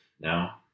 now